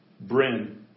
Bryn